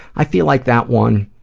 i feel like that one,